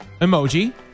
emoji